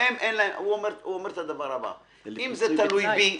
הוא אומר את הדבר הבא: אם זה תלוי בי ------ חברים,